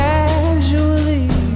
Casually